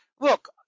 Look